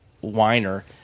whiner